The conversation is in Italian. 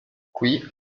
qui